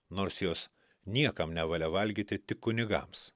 nors jos niekam nevalia valgyti tik kunigams